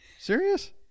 Serious